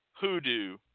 hoodoo